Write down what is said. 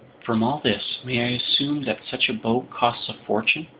from all this, may i assume that such a boat costs a fortune?